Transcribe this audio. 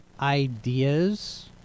ideas